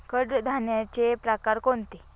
कडधान्याचे प्रकार कोणते?